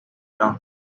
town